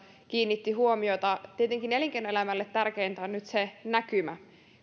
kiinnitti huomiota tietenkin elinkeinoelämälle tärkeintä on nyt se näkymä